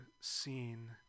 scene